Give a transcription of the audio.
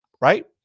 right